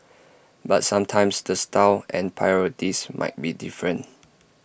but sometimes the style and priorities might be different